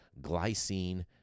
glycine